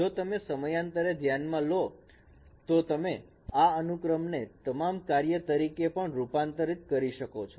જો તમે સમયાંતરે ધ્યાનમાં લો તો તમે આ અનુક્રમ ને તમામ કાર્ય તરીકે પણ રૂપાંતરિત કરી શકો છો